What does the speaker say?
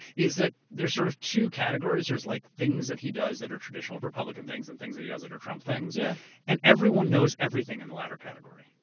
is that there's sort of two categories. there's like things that he does that are traditional republican things and things that he does that are trump things. yeah and everyone knows everything in the latter category,